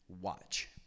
watch